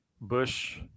Bush